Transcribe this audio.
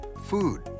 food